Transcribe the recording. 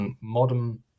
modern